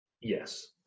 Yes